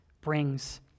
brings